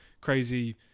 Crazy